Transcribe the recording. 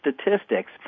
statistics